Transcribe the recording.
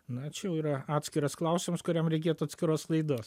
na čia jau yra atskiras klausimas kuriam reikėtų atskiros laidos